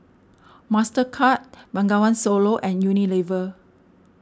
Mastercard Bengawan Solo and Unilever